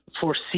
foresee